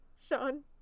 Sean